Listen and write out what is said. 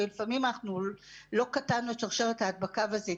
ולפעמים אנחנו לא קטענו את רשרשת ההדבקה וזה התקדם.